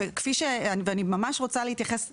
אני ממש רוצה להתייחס לדברייך,